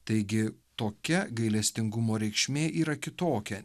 taigi tokia gailestingumo reikšmė yra kitokia